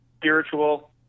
spiritual